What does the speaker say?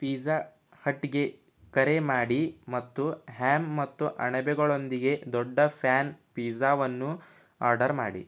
pizza ಹಟ್ಗೆ ಕರೆ ಮಾಡಿ ಮತ್ತು ಹ್ಯಾಮ್ ಮತ್ತು ಅಣಬೆಗಳೊಂದಿಗೆ ದೊಡ್ಡ ಫ್ಯಾನ್ ಪಿಝಾವನ್ನು ಆರ್ಡರ್ ಮಾಡಿ